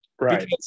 right